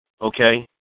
okay